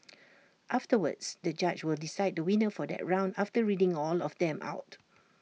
afterwards the judge will decide the winner for that round after reading all of them out